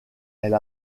elle